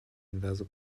inverse